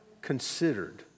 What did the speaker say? considered